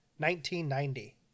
1990